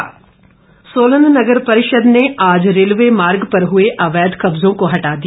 अवैध कब्जे सोलन नगर परिषद ने आज रेलवे मार्ग पर हुए अवैध कब्जों को हटा दिया